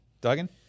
Duggan